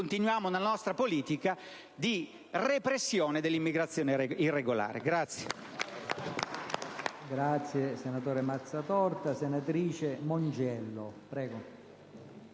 continuiamo nella nostra politica di repressione dell'immigrazione irregolare.